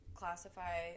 classify